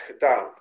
down